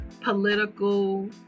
political